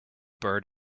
bird